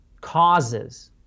causes